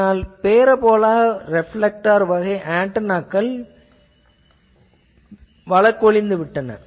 இதனால் இந்த parabola reflector வகை ஆன்டெனாக்கள் வீழ்ந்துவிட்டன